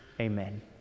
Amen